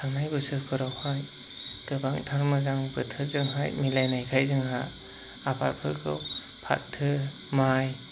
थांनाय बोसोरफोरावहाय गोबांथार मोजां बोथोंरजोंहाय मिलायनायखाय जोंहा आबादफोरखौ फाथो माइ